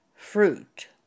Fruit